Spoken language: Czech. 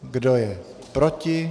Kdo je proti?